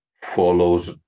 follows